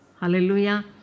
Hallelujah